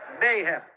mayhem